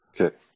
Okay